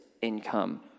income